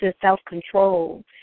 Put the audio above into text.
self-control